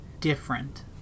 different